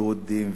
יהודים,